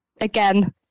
again